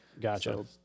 Gotcha